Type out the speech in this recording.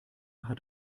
hat